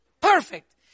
Perfect